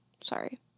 Sorry